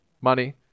Money